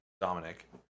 Dominic